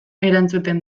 erantzuten